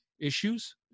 issues